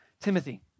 Timothy